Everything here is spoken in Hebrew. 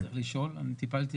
אני טיפלתי,